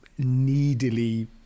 needily